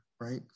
right